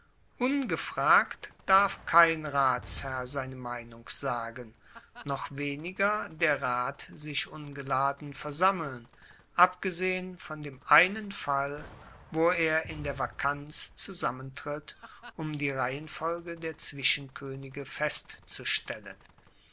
ungefragt darf kein ratsherr seine meinung sagen noch weniger der rat sich ungeladen versammeln abgesehen von dem einen fall wo er in der vakanz zusammentritt um die reihenfolge der zwischenkoenige festzustellen